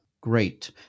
great